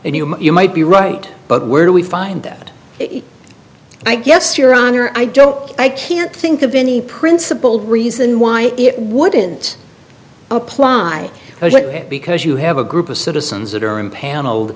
and you might be right but where do we find it i guess your honor i don't i can't think of any principled reason why it wouldn't apply because you have a group of citizens that are impaneled